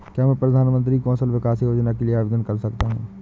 क्या मैं प्रधानमंत्री कौशल विकास योजना के लिए आवेदन कर सकता हूँ?